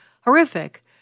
horrific